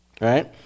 Right